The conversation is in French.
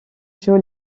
joe